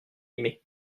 aimée